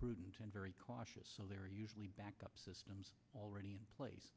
prudent and very cautious so they're usually backup systems already in place